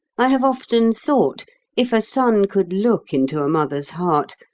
i have often thought if a son could look into a mother's heart,